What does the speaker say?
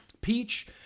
Peach